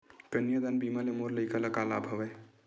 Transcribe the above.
कन्यादान बीमा ले मोर लइका ल का लाभ हवय?